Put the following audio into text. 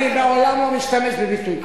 אני לעולם לא משתמש בביטוי כזה.